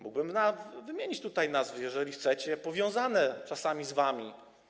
Mógłbym nawet wymienić tutaj nazwy, jeżeli chcecie, powiązane czasami z wami.